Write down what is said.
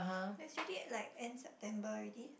it's already like end September already